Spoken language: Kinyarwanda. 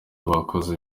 bakoze